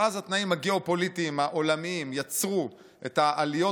ואז התנאים הגיאו-פוליטיים העולמיים יצרו את העליות